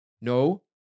No